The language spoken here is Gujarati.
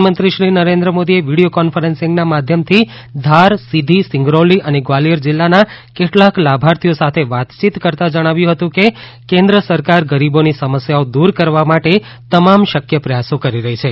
પ્રધાનમંત્રી શ્રી નરેન્ન મોદીએ વીડીયો કોન્ફરસીંગના માધ્યમથી ધાર સીધી સિંગરૌલી અને ગ્વાલીયર જીલ્લાના કેટલાક લાભાર્થીઓ સાથે વાતચીત કરતા પ્રધાનમંત્રી શ્રી નરેન્દ્ર મોદીએ જણાવ્યું હતું કે કેન્દ્ર સરકાર ગરીબોની સમસ્યાઓ દુર કરવા માટે તમામ શકય પ્રયાસો કરી રહી છે